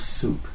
soup